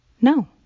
No